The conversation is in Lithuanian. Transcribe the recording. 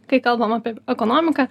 kai kalbama apie ekonomiką